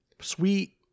sweet